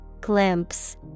Glimpse